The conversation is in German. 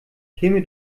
käme